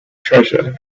treasure